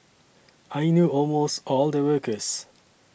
I knew almost all the workers